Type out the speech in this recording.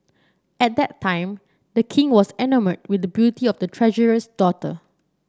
at that time the king was enamoured with beauty of the treasurer's daughter